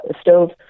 stove